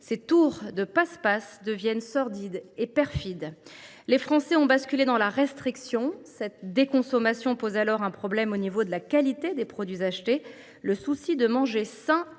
Ces tours de passe passe deviennent sordides et perfides. Les Français ont basculé dans la restriction. La déconsommation touche alors le niveau de la qualité des produits achetés. Alors que le souci de manger sain